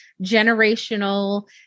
generational